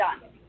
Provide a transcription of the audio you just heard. done